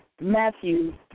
Matthew